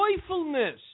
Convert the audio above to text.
joyfulness